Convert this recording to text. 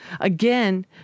Again